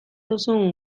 duzun